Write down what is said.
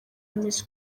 miss